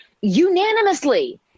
unanimously